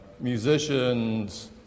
musicians